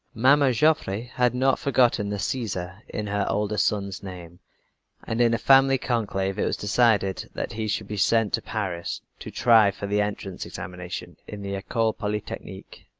mamma joffre had not forgotten the caesar in her oldest son's name and in a family conclave it was decided that he should be sent to paris, to try for the entrance examinations in the ecole polytechnique.